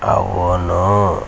అవును